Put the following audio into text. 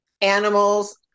Animals